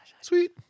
Sweet